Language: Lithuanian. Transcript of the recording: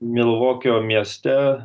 milvokio mieste